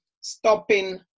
stopping